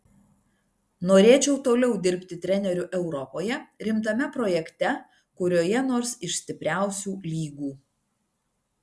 norėčiau toliau dirbti treneriu europoje rimtame projekte kurioje nors iš stipriausių lygų